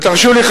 ותרשו לי,